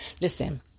Listen